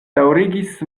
daŭrigis